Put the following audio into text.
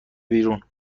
بیرون